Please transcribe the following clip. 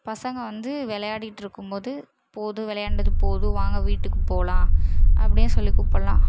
பசங்க வந்து விளையாடிட்ருக்கும்மோது போதும் விளையாண்டது போதும் வாங்க வீட்டுக்கு போலாம் அப்படின் சொல்லி கூப்புல்லாம்